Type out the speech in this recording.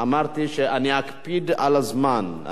אמרתי שאני אקפיד על הזמן.